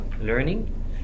learning